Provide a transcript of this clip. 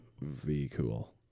v-cool